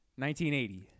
1980